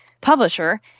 publisher